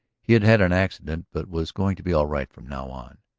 he had had an accident but was going to be all right from now on.